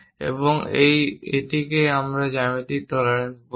এবং এটিকেই আমরা জ্যামিতিক টলারেন্স বলি